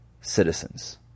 citizens